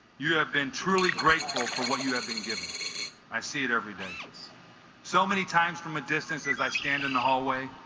you have been truly grateful for what you have been given i see it every dangerous so many times from a distance as i stand in the hallway